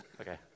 Okay